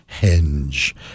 Henge